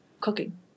cooking